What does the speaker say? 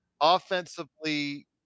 Offensively